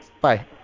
Bye